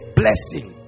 blessing